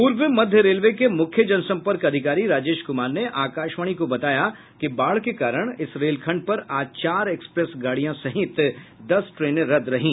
पूर्व मध्य रेलवे के मुख्य जनसम्पर्क अधिकारी राजेश कुमार ने आकाशवाणी को बताया कि बाढ़ के कारण इस रेलखंड पर आज चार एक्सप्रेस गाड़ियों सहित दस ट्रेनें रद्द रहीं